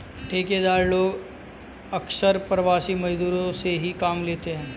ठेकेदार लोग अक्सर प्रवासी मजदूरों से ही काम लेते हैं